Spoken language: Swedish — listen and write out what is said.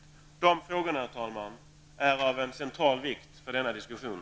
Denna fråga är, herr talman, av central vikt för denna diskussion.